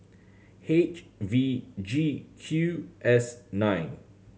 H V G Q S nine